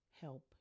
help